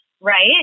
right